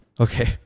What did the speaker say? okay